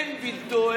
אין בלתו,